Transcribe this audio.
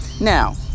Now